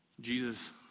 Jesus